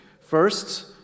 First